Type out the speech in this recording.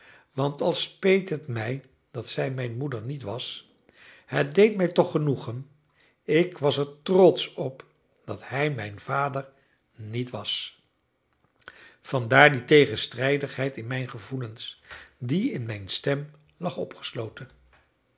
want al speet het mij dat zij mijn moeder niet was het deed mij toch genoegen ik was er trotsch op dat hij mijn vader niet was vandaar die tegenstrijdigheid in mijn gevoelens die in mijn stem lag opgesloten